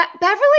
Beverly